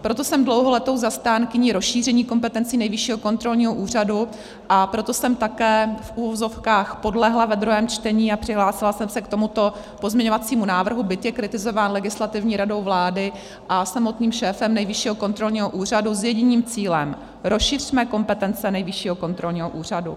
Proto jsem dlouholetou zastánkyní rozšíření kompetencí Nejvyššího kontrolního úřadu, a proto jsem také v uvozovkách podlehla ve druhém čtení a přihlásila jsem se k tomuto pozměňovacímu návrhu, byť je kritizován Legislativní radou vlády a samotným šéfem Nejvyššího kontrolního úřadu, s jedním cílem rozšiřme kompetence Nejvyššího kontrolního úřadu.